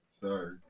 Sorry